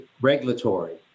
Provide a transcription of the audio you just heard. regulatory